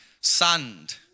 sand